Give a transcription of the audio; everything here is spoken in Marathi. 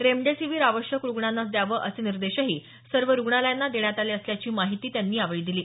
रेमडेसिवीर आवश्यक रुग्णांनाच द्यावं असे निर्देशही सर्व रुग्णालयांना देण्यात आले असल्याची माहिती त्यांनी यावेळी दिली